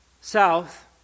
south